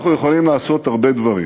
אנחנו יכולים לעשות הרבה דברים.